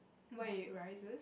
why it rises